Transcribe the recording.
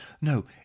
No